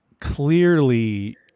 clearly